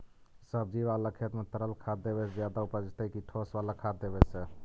सब्जी बाला खेत में तरल खाद देवे से ज्यादा उपजतै कि ठोस वाला खाद देवे से?